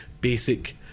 basic